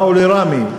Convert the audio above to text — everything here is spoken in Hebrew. באו לראמי,